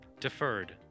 Deferred